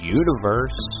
universe